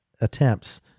attempts